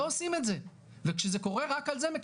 לא עושים את זה וכשזה קורה רק על זה,